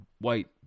white